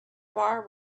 bar